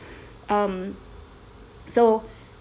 um so